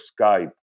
Skype